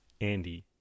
Andy